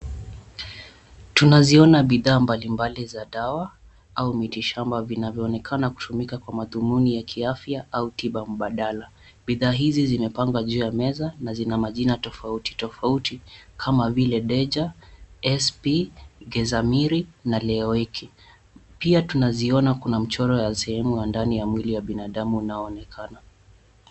Tunaziona bidhaa mbalimbali za dawa au miti shamba vinavyoonekana kutumika kwa madhumuni ya kiafya au tiba mbadala. Bidhaa hizi zimepanga juu ya meza na zina majina tofauti tofauti kama vile deja, sp ,ngezamiri na leowiki. Pia tunaziona kuna mchoro ya sehemu ya ndani ya mwili wa binadamu unaonekana.